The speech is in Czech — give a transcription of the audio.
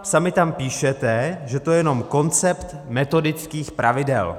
Sami tam píšete, že to je jenom koncept metodických pravidel.